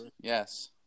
Yes